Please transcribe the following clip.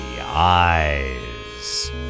eyes